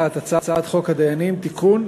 1. הצעת חוק הדיינים (תיקון,